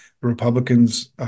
Republicans